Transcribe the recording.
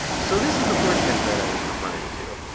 so this is the four chan thread i was referring to.